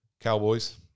Cowboys